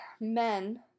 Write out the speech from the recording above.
men